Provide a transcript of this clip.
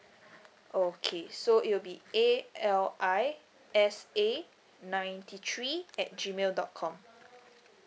okay so it will be A L I S A ninety three at gmail dot com